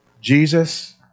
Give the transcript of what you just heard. Jesus